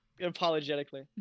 apologetically